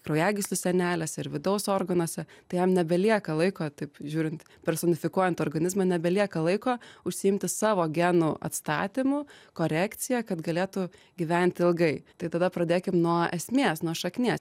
kraujagyslių sienelėse ir vidaus organuose tai jam nebelieka laiko taip žiūrint personifikuojant organizmą nebelieka laiko užsiimti savo genų atstatymu korekcija kad galėtų gyventi ilgai tai tada pradėkim nuo esmės nuo šaknies